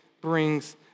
brings